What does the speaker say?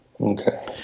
Okay